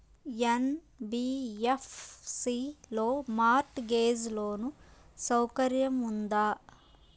NBFC లో mortgage loan సౌకర్యం ఉందా?